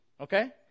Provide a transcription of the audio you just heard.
Okay